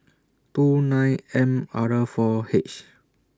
two nine M R four H